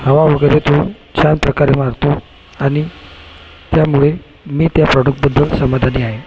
हवा वगैरे तो छान प्रकारे मारतो आणि त्यामुळे मी त्या प्रॉडक्टबद्दल समाधानी आहे